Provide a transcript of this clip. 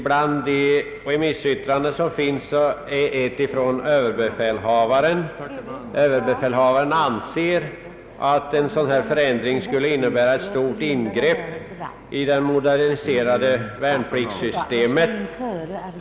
Bland de remissyttranden som avgetts är ett från överbefälhavaren. Överbefälhavaren anser att en sådan förändring som här föreslås skulle innebära ett stort ingrepp i det moderniserade värnpliktssystemet.